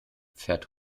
fährt